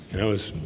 it was